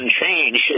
change